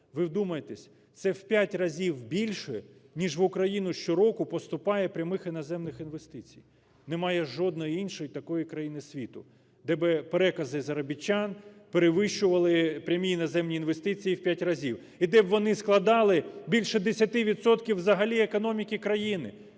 ви вдумайтеся! – це в п'ять разів більше, ніж в Україну щороку поступає прямих іноземних інвестицій. Немає жодної іншої такої країни світу, де би перекази заробітчан перевищували прямі іноземні інвестиції у п'ять разів, і де б вони складали більше 10 відсотків взагалі економіки країни.